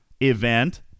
event